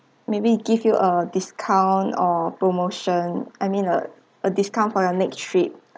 maybe give you a discounts or promotions I mean a a discount for your next trip